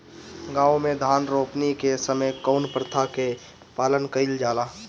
गाँव मे धान रोपनी के समय कउन प्रथा के पालन कइल जाला?